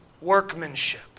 workmanship